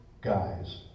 guys